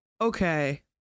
Okay